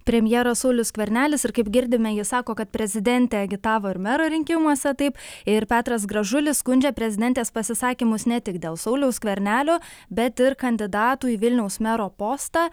premjeras saulius skvernelis ir kaip girdime jis sako kad prezidentė agitavo ir mero rinkimuose taip ir petras gražulis skundžia prezidentės pasisakymus ne tik dėl sauliaus skvernelio bet ir kandidatų į vilniaus mero postą